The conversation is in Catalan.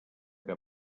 que